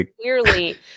clearly